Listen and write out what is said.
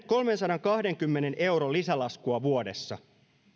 kolmensadankahdenkymmenen euron lisälaskua vuodessa